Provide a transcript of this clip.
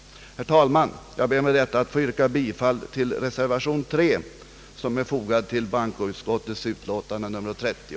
Jag ber, herr talman, med detta att få yrka bifall till reservation 3 som är fogad till bankoutskottets utlåtande nr 30.